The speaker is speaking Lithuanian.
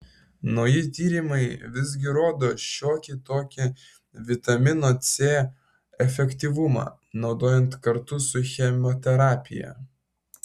nauji tyrimai visgi rodo šiokį tokį vitamino c efektyvumą naudojant kartu su chemoterapija